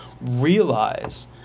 realize